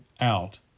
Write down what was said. out